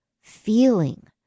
feeling